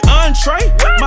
entree